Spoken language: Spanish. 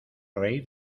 reír